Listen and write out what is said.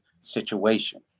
situation